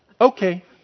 Okay